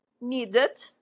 needed